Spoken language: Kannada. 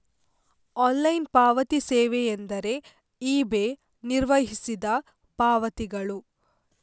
ಆನ್ಲೈನ್ ಪಾವತಿ ಸೇವೆಯೆಂದರೆ ಇ.ಬೆ ನಿರ್ವಹಿಸಿದ ಪಾವತಿಗಳು